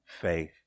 faith